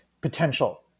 potential